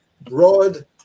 broad